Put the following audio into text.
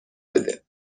بده